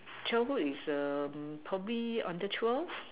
childhood is err probably under twelve